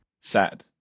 Sad